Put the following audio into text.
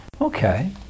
Okay